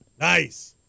Nice